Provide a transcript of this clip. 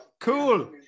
Cool